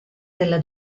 della